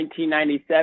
1997